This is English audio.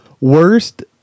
worst